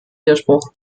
widerspruch